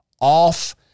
off